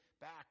back